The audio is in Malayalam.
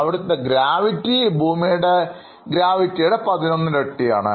അവിടുത്തെ ഗ്രാവിറ്റി ഭൂമിയുടെ ഗ്രാവിറ്റിയുടെ 11 ഇരട്ടിയാണ്